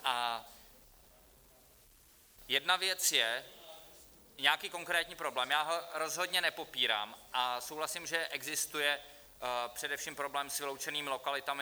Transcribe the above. A jedna věc je nějaký konkrétní problém, já ho rozhodně nepopírám a souhlasím, že existuje především problém s vyloučenými lokalitami.